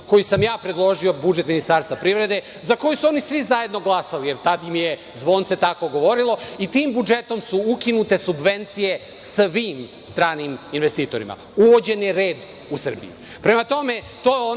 koji sam ja predložio, budžet Ministarstva privrede, za koji su oni svi zajedno glasali, jer tad im je zvonce tako govorilo, i tim budžetom su ukinute subvencije svim stranim investitorima. Uvođen je red u Srbiji. Prema